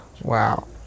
Wow